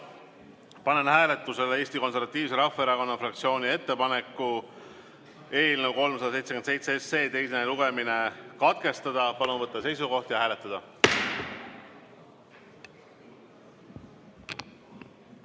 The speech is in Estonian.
Panen hääletusele Eesti Konservatiivse Rahvaerakonna fraktsiooni ettepaneku eelnõu 377 teine lugemine katkestada. Palun võtta seisukoht ja hääletada!